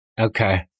okay